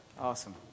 Awesome